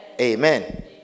Amen